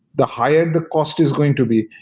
the higher the cost is going to be.